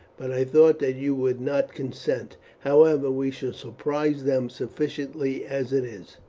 but i thought that you would not consent. however, we shall surprise them sufficiently as it is.